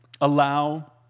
allow